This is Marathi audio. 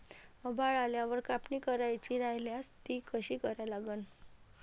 आभाळ आल्यावर कापनी करायची राह्यल्यास ती कशी करा लागन?